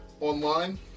Online